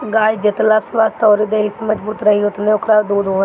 गाई जेतना स्वस्थ्य अउरी देहि से मजबूत रही ओतने ओकरा दूध बनी